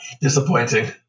Disappointing